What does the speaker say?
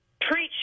preach